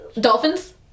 Dolphins